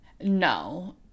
No